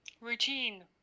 Routine